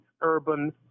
urban